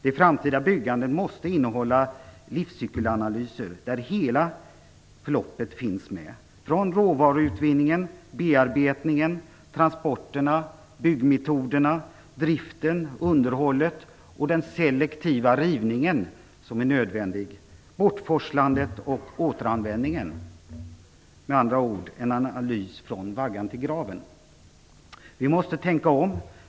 Det framtida byggandet måste innehålla livscykelanalyser där hela förloppet finns med från råvaruutvinningen, bearbetningen, transporterna, byggmetoderna, driften, underhållet och den selektiva rivning, som är nödvändig, till bortforslandet och återanvändningen. Med andra ord en analys från vaggan till graven. Vi måste tänka om.